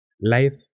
life